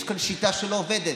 יש כאן שיטה שלא עובדת.